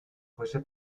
fuese